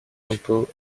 l’impôt